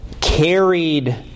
carried